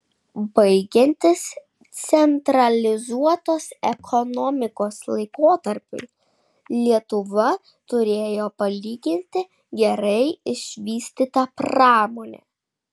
baigiantis centralizuotos ekonomikos laikotarpiui lietuva turėjo palyginti gerai išvystytą pramonę